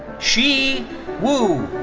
xi wu.